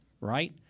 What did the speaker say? right